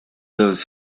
those